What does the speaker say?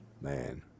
Man